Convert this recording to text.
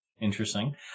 Interesting